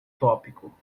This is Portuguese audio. tópico